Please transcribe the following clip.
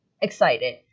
excited